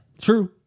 True